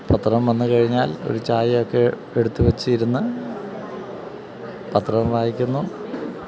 പത്രം വന്നുകഴിഞ്ഞാൽ ഒരു ചായയൊക്കെ എടുത്തുവെച്ചിരുന്ന് പത്രം വായിക്കുന്നു